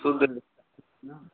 शुद्ध